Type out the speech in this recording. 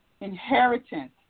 inheritance